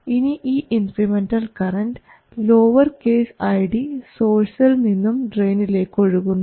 ഇനി ഈ incremental current lower case I D സോഴ്സിൽ നിന്നും ഡ്രയിനിലേക്ക് ഒഴുകുന്നു